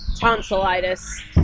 Tonsillitis